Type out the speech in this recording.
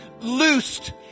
loosed